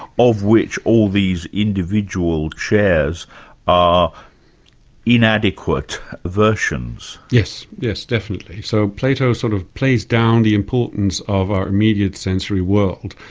of which all these individual chairs are inadequate versions. yes, yes, definitely. so plato sort of plays down the importance of our immediate sensory world,